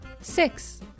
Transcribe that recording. six